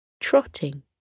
trotting